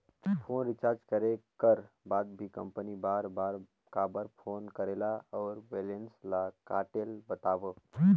Phone recharge करे कर बाद भी कंपनी बार बार काबर फोन करेला और बैलेंस ल काटेल बतावव?